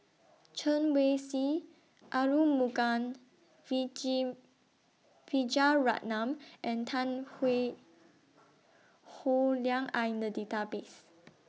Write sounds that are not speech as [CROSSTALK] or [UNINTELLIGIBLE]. Chen Wen Hsi Arumugam [UNINTELLIGIBLE] Vijiaratnam and Tan [UNINTELLIGIBLE] Howe Liang Are in The Database